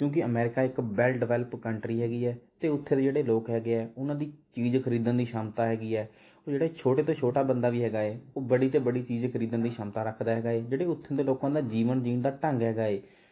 ਕਿਉਂਕਿ ਅਮੈਰੀਕਾ ਇੱਕ well develop country ਹੈਗੀ ਹੈ ਅਤੇ ਉੱਥੋ ਦੇ ਜਿਹੜੇ ਲੋਕ ਹੈਗੇ ਹੈ ਉਨ੍ਹਾਂ ਦੀ ਚੀਜ਼ ਖਰੀਦਣ ਦੀ ਸ਼ਮਤਾ ਹੈਗੀ ਹੈ ਉਹ ਜਿਹੜਾ ਛੋਟੇ ਤੋਂ ਛੋਟਾ ਬੰਦਾ ਵੀ ਹੈਗਾ ਹੈ ਉਹ ਬੜੀ ਤੋਂ ਬੜੀ ਚੀਜ਼ ਖਰੀਦਣ ਦੀ ਸ਼ਮਤਾ ਰੱਖਦਾ ਹੈਗਾ ਏ ਜਿਹੜੇ ਉੱਥੋਂ ਦੇ ਲੋਕਾਂ ਦਾ ਜੀਵਨ ਜੀਊਣ ਦਾ ਢੰਗ ਹੈਗਾ ਏ